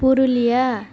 Purulia